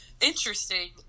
Interesting